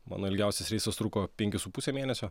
mano ilgiausias reisas truko penkis su puse mėnesio